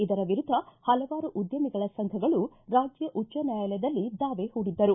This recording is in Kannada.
ಇದರ ವಿರುದ್ದ ಹಲವಾರು ಉದ್ದಮಿಗಳ ಸಂಘಗಳು ರಾಜ್ಯ ಉಚ್ಚ ನ್ಕಾಯಾಲಯದಲ್ಲಿ ದಾವೆ ಹೂಡಿದ್ದರು